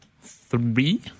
Three